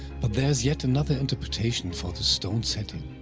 but there is yet another interpretation for this stone setting,